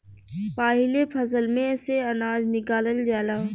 पाहिले फसल में से अनाज निकालल जाला